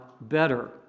better